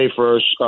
first